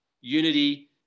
unity